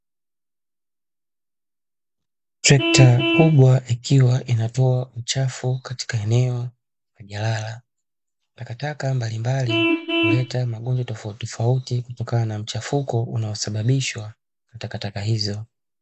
Trekta kubwa ikiwa inatoa uchafu katika eneo la jalala. Takataka mbalimbali huleta magonjwa tofauti tofauti, kutokana na mchafuko unaosababishwa na takataka hizo.